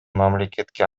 мамлекетке